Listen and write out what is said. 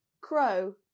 crow